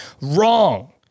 Wrong